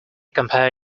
compare